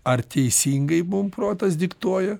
ar teisingai mum protas diktuoja